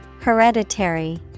Hereditary